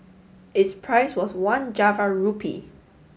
its price was one Java rupee